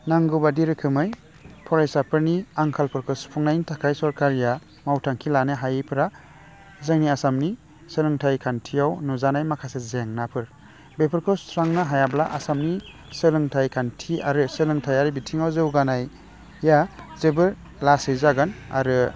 नांगौबादि रोखोमै फरायसाफोरनि आंखालफोरखौ सुफुंनायनि थाखाय सरकारिया मावथांखि लानो हायैफ्रा जोंनि आसामनि सोलोंथाइ खान्थियाव नुजानाय माखासे जेंनाफोर बेफोरखौ सुस्रांनो हायाब्ला आसामनि सोलोंथाइ खान्थि आरो सोलोंथाइयारि बिथिङाव जौगानाया जोबोद लासै जागोन आरो